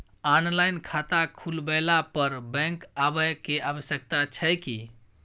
Online खाता खुलवैला पर बैंक आबै के आवश्यकता छै की?